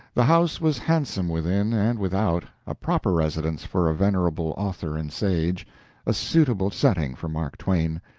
the house was handsome within and without a proper residence for a venerable author and sage a suitable setting for mark twain.